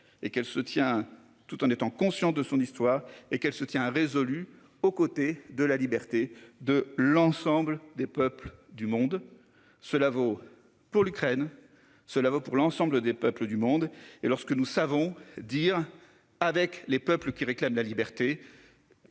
et qu'elle se tient tout en étant conscient de son histoire et qu'elle se tient résolu aux côtés de la liberté de l'ensemble des peuples du monde. Cela vaut pour l'Ukraine. Cela vaut pour l'ensemble des peuples du monde et lorsque nous savons dire avec les peuples qui réclament la liberté.